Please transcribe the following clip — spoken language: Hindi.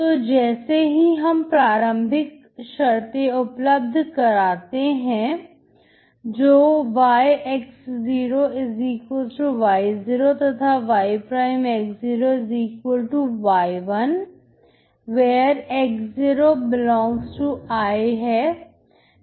तू जैसे ही हम प्रारंभिक शर्ते उपलब्ध कराते हैं जो yx0y0 तथा yx0y1 where x0∈I हैं